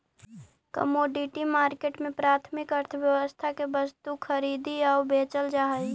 commodity market में प्राथमिक अर्थव्यवस्था के वस्तु खरीदी आऊ बेचल जा हइ